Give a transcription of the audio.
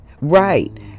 Right